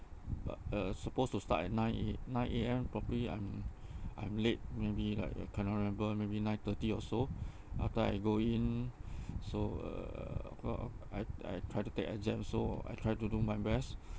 but uh supposed to start at nine A~ nine A_M probably I'm I'm late maybe like I cannot remember maybe nine thirty or so after I go in so uh uh I I try to take exam so I try to do my best